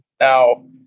Now